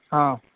हा